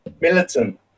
militant